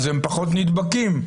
אז הם פחות נדברים.